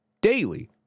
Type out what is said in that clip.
daily